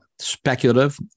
speculative